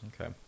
Okay